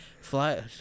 Fly